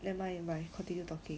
never mind never mind continue talking